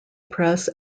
press